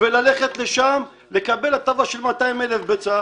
וללכת לשם לקבל הטבה של 200,000 ביצים,